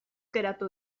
geratu